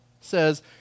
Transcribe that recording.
says